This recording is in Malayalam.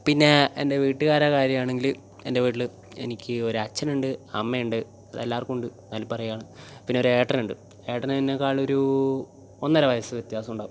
പിന്നെ എൻ്റെ വീട്ടുകാരെ കാര്യമാണെങ്കിൽ എൻ്റെ വീട്ടിൽ എനിക്ക് ഒരച്ഛനുണ്ട് അമ്മയുണ്ട് അതെല്ലാവർക്കും ഉണ്ട് എന്നാലും പറയുവാണ് പിന്നെ ഒരു ഏട്ടനുണ്ട് ഏട്ടന് എന്നെക്കാളും ഒരു ഒന്നര വയസ്സ് വ്യത്യാസം ഉണ്ടാവും